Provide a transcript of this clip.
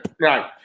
right